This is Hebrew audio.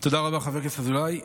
תודה רבה, חבר הכנסת אזולאי.